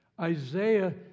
Isaiah